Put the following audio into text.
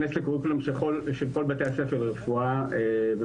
לקוריקולום של כל בתי הספר לרפואה,